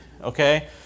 okay